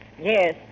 Yes